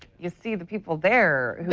you see the people there